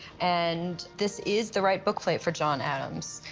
and this is the right book plate for john adams.